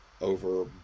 over